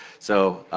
so,